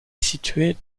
située